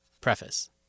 Preface